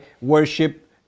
worship